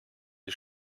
die